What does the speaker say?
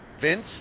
Vince